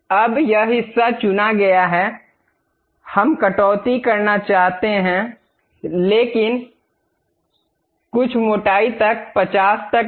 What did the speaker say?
अब यह हिस्सा चुना गया है हम कटौती करना चाहते हैं लेकिन कुछ मोटाई तक 50 तक नहीं